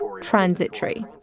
Transitory